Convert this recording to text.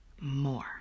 more